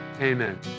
Amen